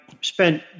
spent